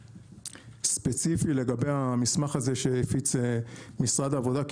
ספציפי לגבי המסמך הזה שהפיץ משרד העבודה.